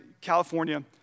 California